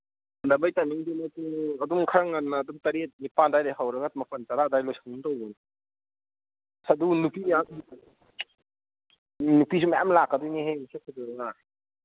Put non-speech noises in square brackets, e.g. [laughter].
ꯁꯥꯟꯅꯕꯒꯤ ꯇꯥꯏꯃꯤꯡꯗꯨ [unintelligible] ꯑꯗꯨꯝ ꯈꯔ ꯉꯟꯅ ꯑꯗꯨꯝ ꯇꯔꯦꯠ ꯅꯤꯄꯥꯟ ꯑꯗ꯭ꯋꯥꯏꯗꯒꯤ ꯍꯧꯔꯒ ꯃꯥꯄꯟ ꯇꯔꯥ ꯑꯗ꯭ꯋꯥꯏꯗ ꯂꯣꯏꯁꯤꯟꯒꯨꯝ ꯇꯧꯕꯅꯤ ꯑꯗꯨ ꯅꯨꯄꯤ ꯃꯌꯥꯝ ꯎꯝ ꯅꯨꯄꯤꯁꯨ ꯃꯌꯥꯝ ꯂꯥꯛꯀꯗꯣꯏꯅꯤꯍꯦ ꯃꯁꯛ ꯐꯖꯕ